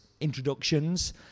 introductions